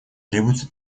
требуются